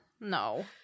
no